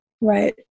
Right